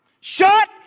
shut